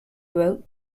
wrote